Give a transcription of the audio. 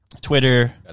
Twitter